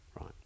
Right